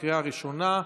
לקריאה ראשונה.